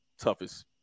toughest